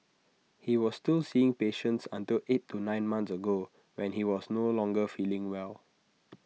he was still seeing patients until eight to nine months ago when he was no longer feeling well